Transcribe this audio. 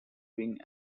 wing